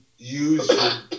Use